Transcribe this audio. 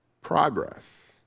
progress